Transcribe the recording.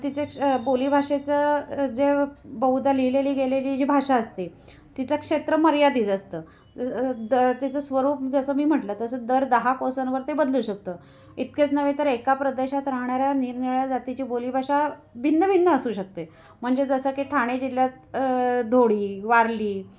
तिचे च बोलीभाषेचं जे बहुधा लिहिलेली गेलेली जी भाषा असते तिचं क्षेत्र मर्यादित असतं द तिचं स्वरूप जसं मी म्हटलं तसं दर दहा कोसांवर ते बदलू शकतं इतकेच नव्हे तर एका प्रदेशात राहणाऱ्या निरनिराळ्या जातीची बोलीभाषा भिन्न भिन्न असू शकते म्हणजे जसं की ठाणे जिल्ह्यात धोडी वारली